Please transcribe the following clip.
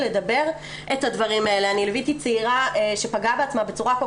לדבר את הדברים האלה ליוויתי צעירה שפגעה בעצמה בצורה כל